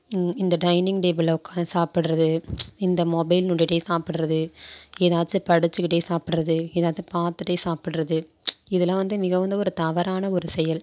இந்த டைனிங் டேபிளில் உக்கார்ந்து சாப்புடறது இந்த மொபைல் நோண்டிகிட்டே சாப்புடறது ஏதாச்சும் படித்துக்கிட்டே சாப்புடறது ஏதாவது பார்த்துட்டே சாப்புடறது இதெலாம் வந்து மிக வந்து ஒரு தவறான ஒரு செயல்